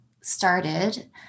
started